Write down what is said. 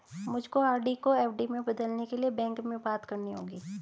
मुझको आर.डी को एफ.डी में बदलने के लिए बैंक में बात करनी होगी